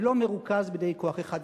ולא מרוכז בידי כוח אחד.